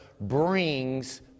brings